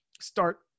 start